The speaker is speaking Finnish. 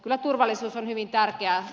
kyllä turvallisuus on hyvin tärkeää